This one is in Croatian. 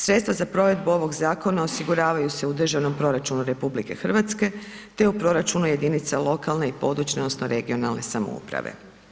Sredstva za provedu ovog zakona osiguravaju se u Državnom proračunu RH te u proračunu jedinica lokalne i područne odnosno regionalne samouprave.